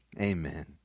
amen